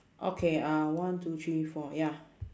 okay uh one two three four ya